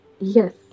Yes